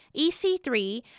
EC3